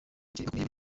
bari